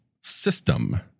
system